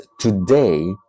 today